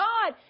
God